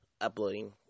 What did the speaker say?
uploading